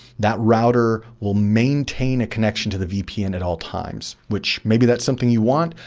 that router will maintain a connection to the vpn at all times, which maybe that's something you want,